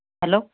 hello